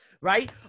right